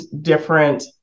different